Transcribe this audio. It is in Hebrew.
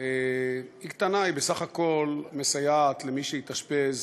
היא קטנה, היא בסך הכול מסייעת למי שהתאשפז